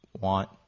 want